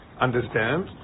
understand